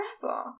forever